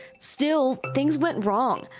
still things went wrong.